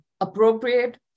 appropriate